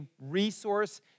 resource